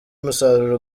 umusaruro